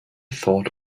thought